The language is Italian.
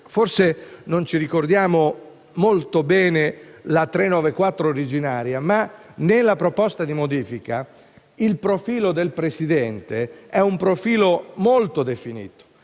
Forse non ci ricordiamo molto bene la legge n. 394 originaria, ma in tale proposta di modifica il profilo del presidente è molto definito